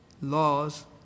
laws